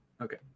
Okay